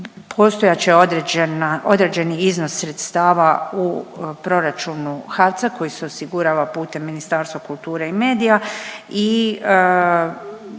određena, određeni iznos sredstava u proračunu HAVC-a koji se osigurava putem Ministarstva kulture i medija i